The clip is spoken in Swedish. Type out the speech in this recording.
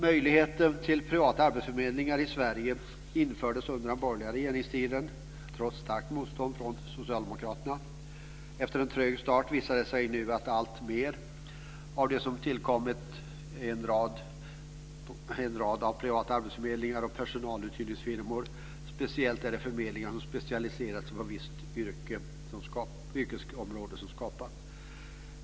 Möjligheten till privata arbetsförmedlingar i Sverige infördes under den borgerliga regeringstiden, trots starkt motstånd från Socialdemokraterna. Efter en trög start visar det sig nu alltmer att en rad privata arbetsförmedlingar och personaluthyrningsfirmor har tillkommit. Speciellt är det förmedlingar som specialiserat sig på ett visst yrkesområde som har skapats.